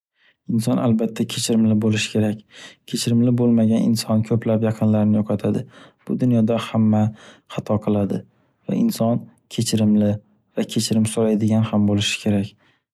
Inson albatta kechirimli bo’lishi kerak. Kechirimli bo’lmagan inson ko’plab yaqinlarini yo’qotadi. Bu dunyoda hamma xato qiladi. Va inson kechirimli va kechirim so’raydigan ham bo’lishi kerak.